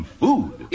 food